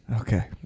Okay